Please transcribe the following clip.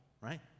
right